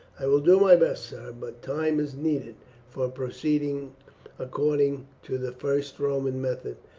i will do my best, sir but time is needed for proceeding according to the first roman method,